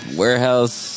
warehouse